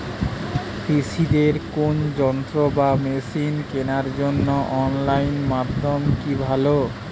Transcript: কৃষিদের কোন যন্ত্র বা মেশিন কেনার জন্য অনলাইন মাধ্যম কি ভালো?